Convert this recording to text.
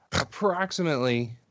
approximately